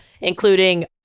including